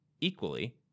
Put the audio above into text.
equally